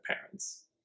parents